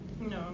No